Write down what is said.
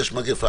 יש מגפה.